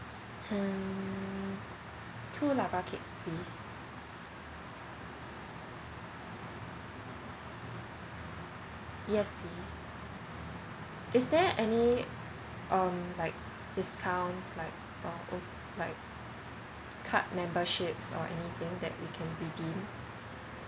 hmm two lava cakes please yes please is there any um like discount like like card memberships or anything that we can redeem